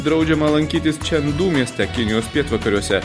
draudžiama lankytis čendu mieste kinijos pietvakariuose